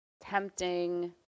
tempting